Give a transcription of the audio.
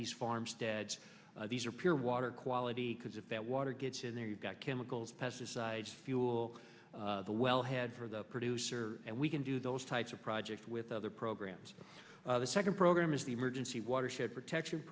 these farmsteads these are pure water quality because if that water gets in there you've got chemicals pesticides fuel the wellhead for the producer and we can do those types of projects with other programs the second program is the emergency watershed protection